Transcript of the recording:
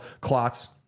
clots